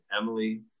Emily